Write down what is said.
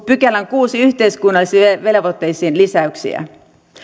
pykälän yhteiskunnallisiin velvoitteisiin lisäyksiä